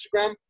Instagram